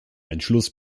entschluss